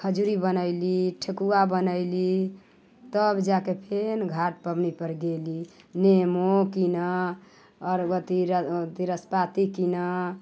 खजूरी बनयली ठेकुआ बनयली तब जाके फेन घाट पबनी पर गेली नेमू कीनऽ आओरो कथी नासपाती कीनऽ